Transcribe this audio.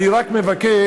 אני רק מבקש,